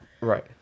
Right